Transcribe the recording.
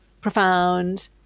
profound